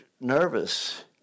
nervous